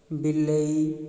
ବିଲେଇ